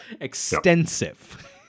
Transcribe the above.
Extensive